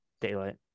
daylight